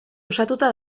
osatuta